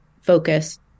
focus